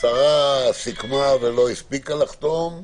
השרה סיכמה ולא הספיקה לחתום.